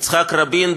יצחק רבין,